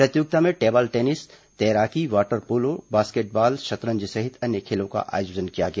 प्रतियोगिता में table tennis तैराकी वॉटर पोलो बॉस्केटबॉल शतरंज सहित अन्य खेलों का आयोजन किया गया